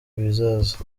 bizaza